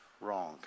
wrong